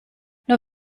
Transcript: nur